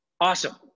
Awesome